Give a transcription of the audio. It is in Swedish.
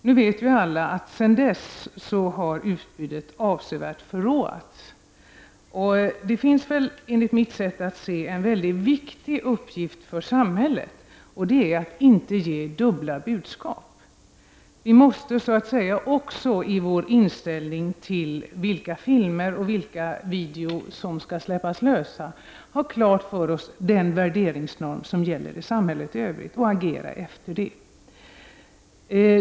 Nu vet ju alla att utbudet sedan dess har förråats avsevärt. Enligt mitt sätt att se finns det en mycket viktig uppgift för samhället: att inte ge dubbla budskap. Vi måste också när det gäller vilka filmer och vilken video som skall tillåtas ha klart för oss vilken värderingsnorm som gäller i samhället i övrigt och agera efter den.